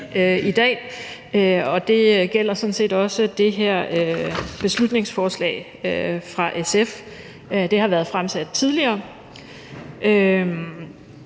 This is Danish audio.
i dag, og det gælder sådan set også det her beslutningsforslag fra SF. Det har været fremsat tidligere,